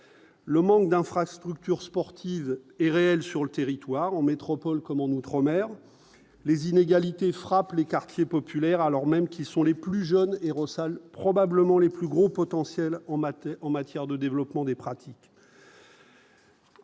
Le manque d'infrastructures sportives et réelle sur le territoire, en métropole comme en outre-mer, les inégalités frappent les quartiers populaires, alors même qu'ils sont les plus jeunes héros probablement les plus gros potentiel en maths et en matière de développement des pratiques.